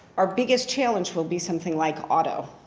our biggest challenge will be something like auto.